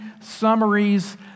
summaries